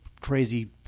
crazy